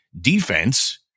defense